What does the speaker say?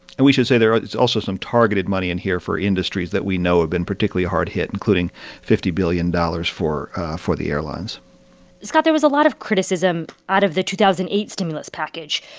and we should say there is also some targeted money in here for industries that we know have been particularly hard-hit, including fifty billion dollars for for the airlines scott, there was a lot of criticism out of the two thousand and eight stimulus package.